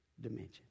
dimension